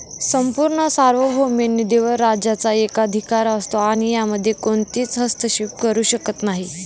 संपूर्ण सार्वभौम निधीवर राज्याचा एकाधिकार असतो आणि यामध्ये कोणीच हस्तक्षेप करू शकत नाही